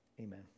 amen